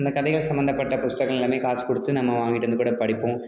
இந்த கதைகள் சம்பந்தப்பட்ட புஸ்தகங்கள் எல்லாமே காசு கொடுத்து நம்ம வாங்கிட்டு வந்து கூட படிப்போம்